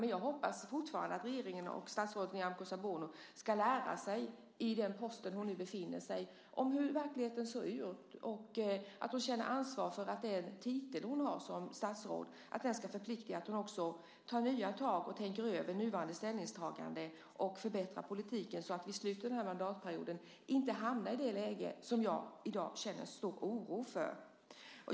Men jag hoppas fortfarande att regeringen och statsrådet Nyamko Sabuni ska lära sig i den post hon nu befinner sig hur verkligheten ser ut, att hon känner ansvar för att den titel hon har som statsråd ska förplikta, att hon tar nya tag och tänker över nuvarande ställningstagande och förbättrar politiken så att vi i slutet av den här mandatperioden inte hamnar i det läge som jag i dag känner stor oro för.